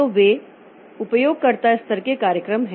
तो वे उपयोगकर्ता स्तर के कार्यक्रम हैं